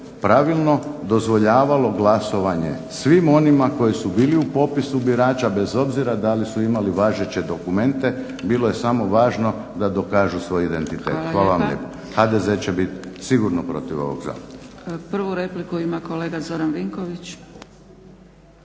pravilno dozvoljavalo glasovanje svima onima koji su bili u popisu birača bez obzira da li su imali važeće dokumente, bilo je samo važno da dokažu svoj identitet. Hvala lijepa. HDZ će sigurno biti protiv ovog zakona. **Zgrebec, Dragica